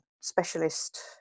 specialist